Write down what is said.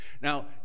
Now